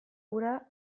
ura